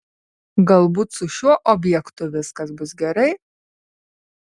galbūt su šiuo objektu viskas bus gerai